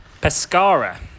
Pescara